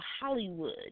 Hollywood